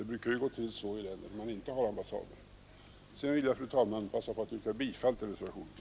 Det brukar ju gå till så i länder där man inte har ambassader. Sedan vill jag, fru talman, passa på att yrka bifall till reservationen.